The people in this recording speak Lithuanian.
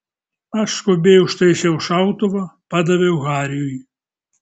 aš skubiai užtaisiau šautuvą padaviau hariui